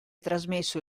trasmesso